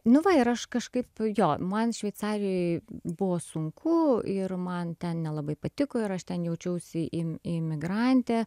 nu va ir aš kažkaip jo man šveicarijoj buvo sunku ir man ten nelabai patiko ir aš ten jaučiausi į imigrantė